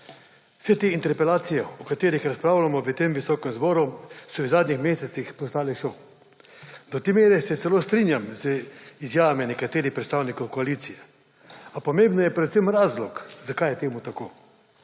Vse te interpelacije, o katerih razpravljamo v tem visokem zboru, so v zadnjih mesecih postale šov. Do te mere se celo strinjam z izjavami nekaterih predstavnikov koalicije, a pomemben je predvsem razlog, zakaj je to tako.